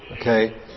Okay